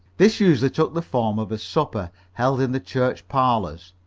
this usually took the form of a supper, held in the church parlors.